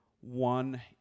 one